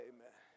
Amen